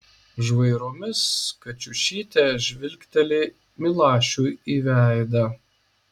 žvairomis kačiušytė žvilgteli milašiui į veidą